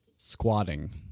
Squatting